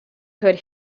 could